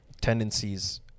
tendencies